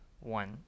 one